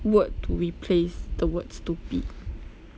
word to replace the words stupid